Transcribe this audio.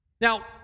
Now